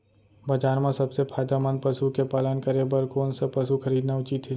बजार म सबसे फायदामंद पसु के पालन करे बर कोन स पसु खरीदना उचित हे?